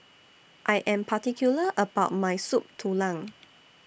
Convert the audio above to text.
I Am particular about My Soup Tulang